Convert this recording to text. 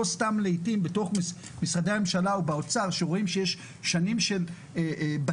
לא סתם לעתים בתוך משרדי הממשלה ובאוצר כשרואים שיש שנים של בצורת,